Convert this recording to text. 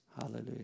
Hallelujah